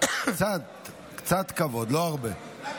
קצת כבוד, לא הרבה.